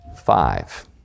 five